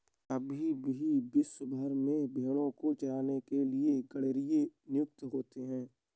अभी भी विश्व भर में भेंड़ों को चराने के लिए गरेड़िए नियुक्त होते हैं